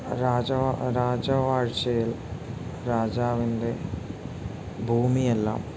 രാജവാഴ്ചയിൽ രാജാവിൻ്റെ ഭൂമിയെല്ലാം